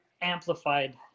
amplified